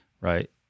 right